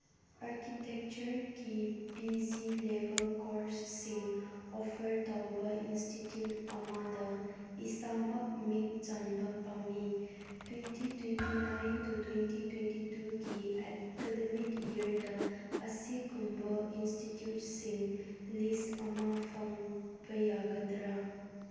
ꯑꯥꯔꯀꯤꯇꯦꯛꯆꯔꯒꯤ P G ꯂꯦꯕꯦꯜ ꯀꯣꯔꯁꯁꯤꯡ offer ꯇꯧꯕ ꯏꯟꯁꯇꯤꯇ꯭ꯌꯨꯠ ꯑꯃꯗ ꯏꯁꯥꯃꯛ ꯃꯤꯡ ꯆꯟꯕ ꯄꯥꯝꯃꯤ twenty twenty nine to twenty twenty ꯇꯨꯒꯤ ꯑꯦꯀꯥꯗꯃꯤꯛ ꯏꯌꯔꯗ ꯑꯁꯤꯒꯨꯝꯕ ꯏꯟꯁꯇꯤꯇ꯭ꯌꯨꯠꯁꯤꯡ ꯂꯤꯁ ꯑꯃ ꯐꯪꯕ ꯌꯥꯒꯗ꯭ꯔꯥ